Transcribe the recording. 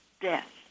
death